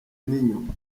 n’inyuma